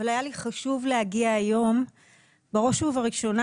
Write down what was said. אבל היה לי חשוב להגיע היום בראש ובראשונה